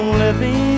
living